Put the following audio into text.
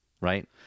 Right